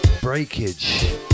Breakage